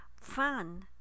fun